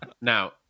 Now